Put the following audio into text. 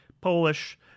Polish